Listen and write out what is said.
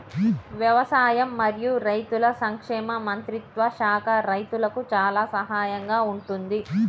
వ్యవసాయం మరియు రైతుల సంక్షేమ మంత్రిత్వ శాఖ రైతులకు చాలా సహాయం గా ఉంటుంది